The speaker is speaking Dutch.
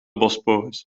bosporus